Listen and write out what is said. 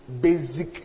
basic